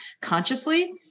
consciously